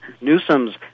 Newsom's